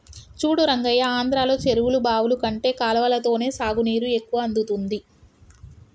చూడు రంగయ్య ఆంధ్రలో చెరువులు బావులు కంటే కాలవలతోనే సాగునీరు ఎక్కువ అందుతుంది